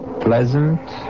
pleasant